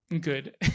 good